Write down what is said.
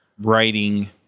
writing